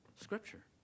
Scripture